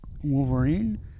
Wolverine